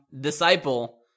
Disciple